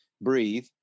breathe